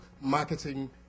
marketing